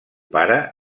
pare